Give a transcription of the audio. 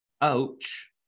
ouch